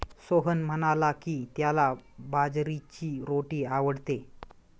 सोहन म्हणाला की, त्याला बाजरीची रोटी आवडते